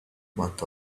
month